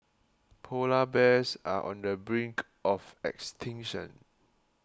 Polar Bears are on the brink of extinction